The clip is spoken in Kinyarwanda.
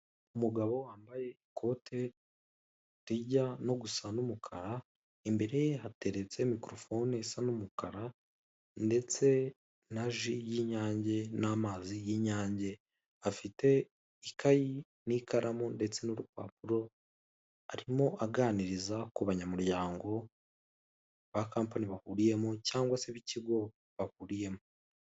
Umugabo wambaye ikote rijya nko gusa n'umukara, imbere ye hateretse mikorofone isa n'umukara ndetse na ji y'inyange n'amazi y'inyange afite ikayi n'ikaramu ndetse n'urupapuro, arimo aganiriza ku banyamuryango ba kapani bahuriyemo cyangwa se n'ikigo bahuriyemo.